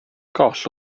goll